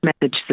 message